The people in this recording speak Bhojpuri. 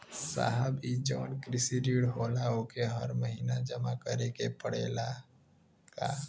साहब ई जवन कृषि ऋण होला ओके हर महिना जमा करे के पणेला का?